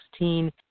2016